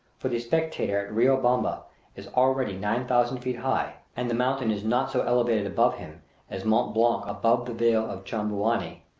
for the spectator at riobamba is already nine thousand feet high, and the mountain is not so elevated above him as mont blanc above the vale of chamouni,